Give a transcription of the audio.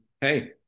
hey